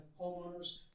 homeowners